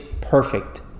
perfect